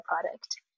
product